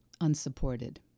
unsupported